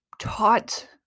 taught